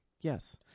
Yes